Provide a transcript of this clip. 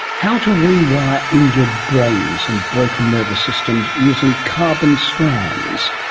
how to rewire injured brains and broken nervous systems using carbon strands.